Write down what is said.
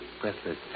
breathless